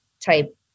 type